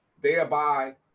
thereby